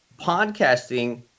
podcasting